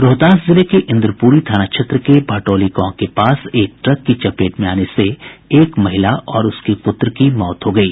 रोहतास जिले के इन्द्रपुरी थाना क्षेत्र के भटौली गांव के पास एक ट्रक की चपेट में आने से एक महिला और उसके पुत्र की मौत हो गयी